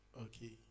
Okay